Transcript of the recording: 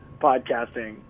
podcasting